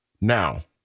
Now